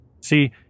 See